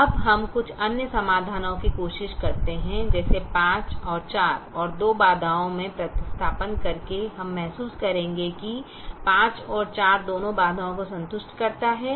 अब हम कुछ अन्य समाधानों की कोशिश करते हैं जैसे 54 और 2 बाधाओं में प्रतिस्थापन करके हम महसूस करेंगे कि 54 दोनों बाधाओं को संतुष्ट करता है